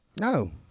No